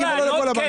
זה חל על כל הבנקים?